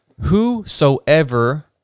Whosoever